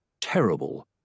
Terrible